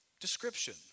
description